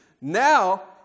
Now